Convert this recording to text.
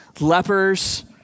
lepers